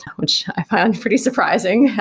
which i find pretty surprising.